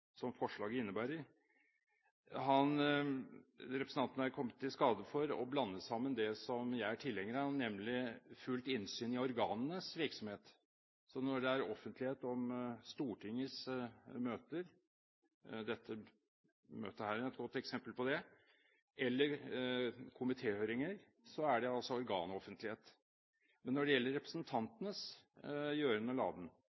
som forslaget innebærer, er representanten kommet i skade for å blande inn det som jeg er tilhenger av, nemlig fullt innsyn i organenes virksomhet. Når det er offentlighet om Stortingets møter – dette møtet her er et godt eksempel på det – eller komitéhøringer, er det altså organoffentlighet. Men når det gjelder